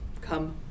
come